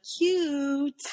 cute